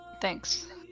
Thanks